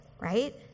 right